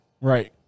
Right